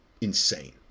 insane